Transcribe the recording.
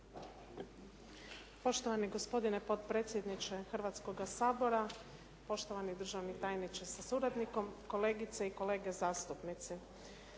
Poštovani gospodine potpredsjedniče Hrvatskoga sabora, poštovani državni tajniče sa suradnikom, kolegice i kolege zastupnici.